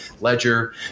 ledger